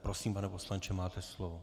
Prosím, pane poslanče, máte slovo.